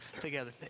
together